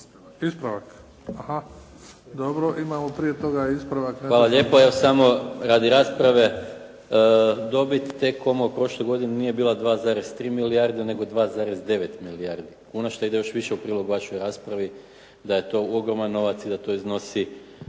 ispravak netočnog navoda. **Maras, Gordan (SDP)** Hvala lijepo. Samo radi rasprave, dobit od T-coma u prošloj godini nije bila 2,3 milijardi nego 2,9 milijardi, ono što ide još više u prilog vašoj raspravi da je to ogroman novac i da to iznosi